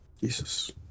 Jesus